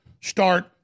start